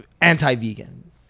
anti-vegan